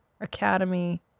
Academy